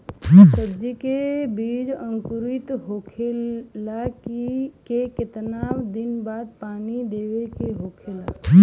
गेहूँ के बिज अंकुरित होखेला के कितना दिन बाद पानी देवे के होखेला?